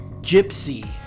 gypsy